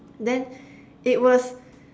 then it was